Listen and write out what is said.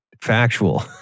factual